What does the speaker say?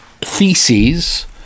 theses